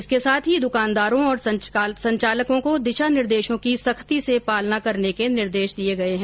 इसके साथ ही द्रकानदारों और संचालकों को दिशा निर्देशों की सख्ती से पालना करने के निर्देश दिए गए है